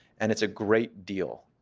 and it's a great deal.